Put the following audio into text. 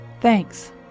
Thanks